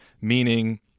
meaning